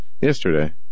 Yesterday